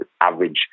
average